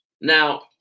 Now